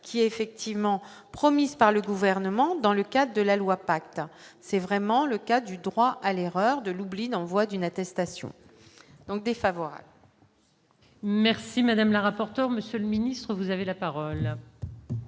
qui effectivement promise par le gouvernement dans le cas de la loi pacte, c'est vraiment le cas du droit à l'erreur de Lublin, envoi d'une attestation donc défavorable. Merci madame la rapporteur monsieur le ministre, vous avez la parole.